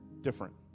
Different